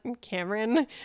cameron